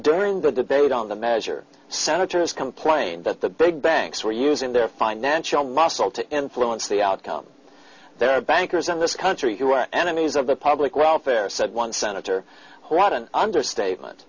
during the debate on the measure senators complained that the big banks were using their financial muscle to influence the outcome of their bankers in this country who are enemies of the public welfare said one senator who got an understatement